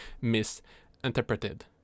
misinterpreted